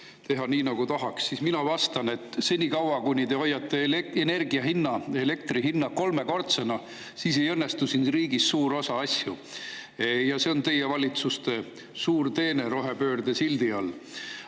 teha nii, nagu tahaks. Mina vastan, et senikaua, kuni te hoiate energia hinna, elektri hinna kolmekordsena, ei õnnestu siin riigis suur osa asju. Ja see on teie valitsuse suur teene rohepöörde sildi all.